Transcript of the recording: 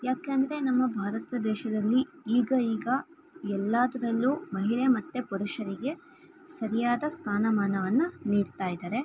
ಯಾಕಂದರೆ ನಮ್ಮ ಭಾರತ ದೇಶದಲ್ಲಿ ಈಗ ಈಗ ಎಲ್ಲಾದರಲ್ಲೂ ಮಹಿಳೆ ಮತ್ತು ಪುರುಷರಿಗೆ ಸರಿಯಾದ ಸ್ಥಾನಮಾನವನ್ನು ನೀಡ್ತಾ ಇದಾರೆ